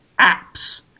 apps